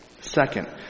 second